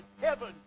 heaven